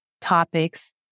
topics